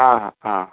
आं आं